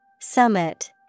Summit